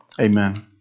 Amen